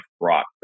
brought